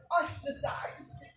ostracized